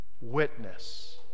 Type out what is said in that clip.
witness